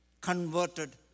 converted